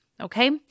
Okay